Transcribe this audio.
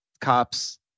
cops